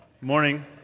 morning